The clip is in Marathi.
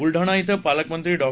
बुलडाणा ॐ पालकमंत्री डॉ